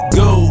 go